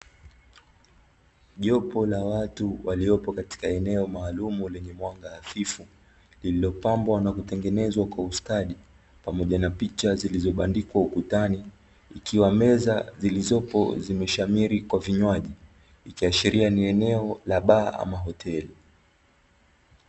Jopo la watu waliopo katika eneo maalumu, lenye mwanga hafifu, lililopambwa na kutengenezwa kwa ustadi pamoja na picha zilizobandikwa ukutani, ikiwa meza zilizopo zimeshamiri kwa vinywaji, ikiashiria ni eneo la baa, ama hoteli.